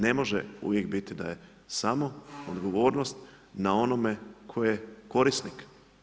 Ne može uvijek biti da je samo odgovornost na onome tko je korisnik.